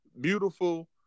beautiful